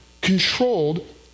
controlled